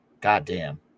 Goddamn